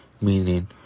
Meaning